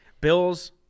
Bills